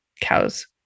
cow's